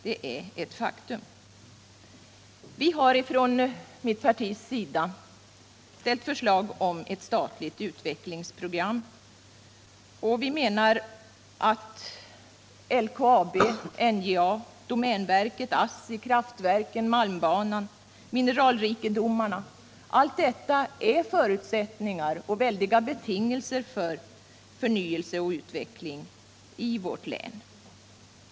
Det är ett faktum. Vi har från mitt partis sida ställt förslag om ett statligt utvecklingsprogram, och vi menar att LKAB, NJA, domänverket, ASSI, kraftverken, malmbanan, mineralrikedomarna — allt detta är förutsättningar och betingelser för förnyelse och utveckling i vårt län.